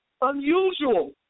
Unusual